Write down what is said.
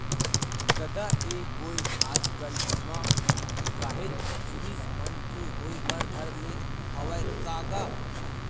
ददा ऐ गोय आज कल बीमा काहेच जिनिस मन के होय बर धर ले हवय का गा?